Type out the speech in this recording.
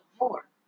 more